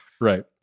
Right